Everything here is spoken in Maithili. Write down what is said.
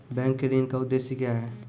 बैंक के ऋण का उद्देश्य क्या हैं?